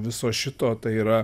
viso šito tai yra